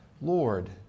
Lord